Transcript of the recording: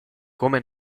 come